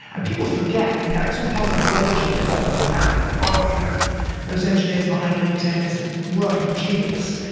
and people forget, you know it's all part of the mythology of of the valley like, oh! you know those engineers behind linkedin is a work of genius,